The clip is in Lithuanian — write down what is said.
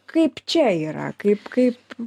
kaip čia yra kaip kaip